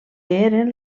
eren